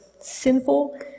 sinful